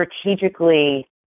strategically